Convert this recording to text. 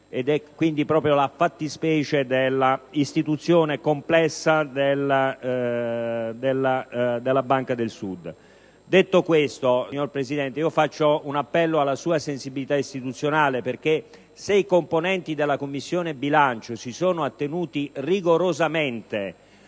è proprio la fattispecie dell'istituzione complessa della Banca del Sud. Signor Presidente, faccio un appello alla sua sensibilità istituzionale. Se i componenti della Commissione bilancio si sono attenuti rigorosamente